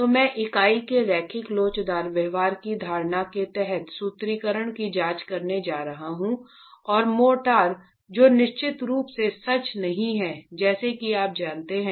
तो मैं इकाई के रैखिक लोचदार व्यवहार की धारणा के तहत सूत्रीकरण की जांच करने जा रहा हूँ और मोर्टार जो निश्चित रूप से सच नहीं है जैसा कि आप जानते हैं